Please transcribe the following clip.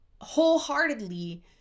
wholeheartedly